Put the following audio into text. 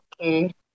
Okay